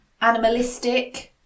animalistic